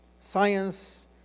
science